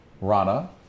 Rana